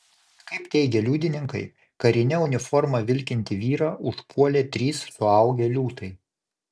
kaip teigia liudininkai karine uniforma vilkintį vyrą užpuolė trys suaugę liūtai